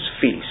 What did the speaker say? feast